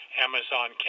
Amazon